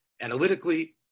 analytically